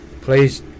Please